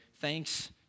thanks